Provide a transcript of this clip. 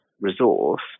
resource